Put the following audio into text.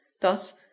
thus